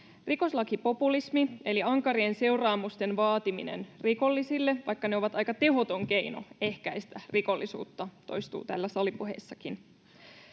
Rikoslakipopulismi eli ankarien seuraamusten vaatiminen rikollisille — vaikka ne ovat aika tehoton keino ehkäistä rikollisuutta — toistuu täällä salipuheissakin.